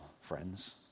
friends